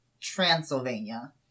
Transylvania